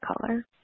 color